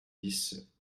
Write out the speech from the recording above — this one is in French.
dix